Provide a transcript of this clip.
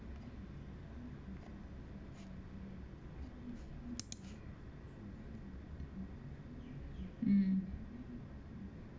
mm